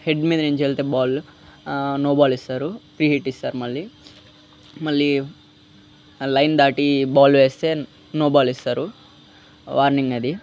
head మీద నుంచి వెళ్తే బాల్ నో బాల్ ఇస్తారు ఫ్రీ హిట్ ఇస్తారు మళ్ళీ మళ్ళీ ఆ లైన్ దాటి బాల్ వేస్తే నో బాల్ ఇస్తారు వార్నింగ్ అది